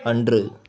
அன்று